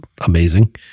amazing